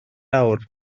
awr